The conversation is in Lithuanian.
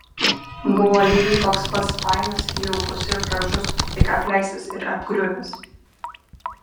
buvo lygiai toks pat fainas jaukus ir gražus tik apleistas ir apgriuvęs